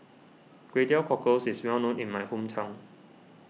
Kway Teow Cockles is well known in my hometown